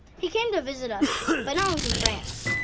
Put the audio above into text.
he came to visit us but now he's in france.